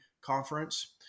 Conference